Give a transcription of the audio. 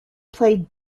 played